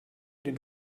den